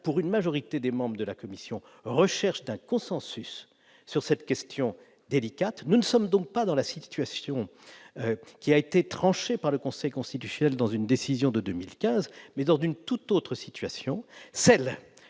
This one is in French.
paritaire étaient bien à la recherche d'un consensus sur cette question délicate. Nous ne sommes donc pas dans le cas de figure qui a été tranché par le Conseil constitutionnel dans une décision de 2015, mais dans une tout autre situation : celle